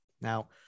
now